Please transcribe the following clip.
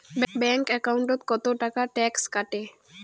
Bank একাউন্টত কতো টাকা ট্যাক্স কাটে?